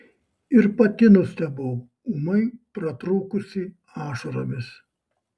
ir pati nustebau ūmai pratrūkusi ašaromis